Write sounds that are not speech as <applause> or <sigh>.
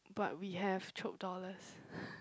but we have Chope dollars <breath>